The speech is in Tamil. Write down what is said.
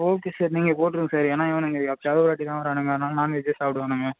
ஓகே சார் நீங்கள் போட்டுருங்க சார் ஏன்னால் இவனுக எப்பாேவது ஒருவாட்டி தான் வரானுங்க அதனால் நான்வெஜ்ஜே சாப்பிடுவானுங்க